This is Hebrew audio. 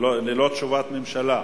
ללא תשובת ממשלה.